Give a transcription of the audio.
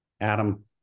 Adam